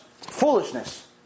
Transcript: foolishness